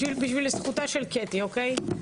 בשביל זכותה של קטי, אוקיי?